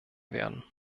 werden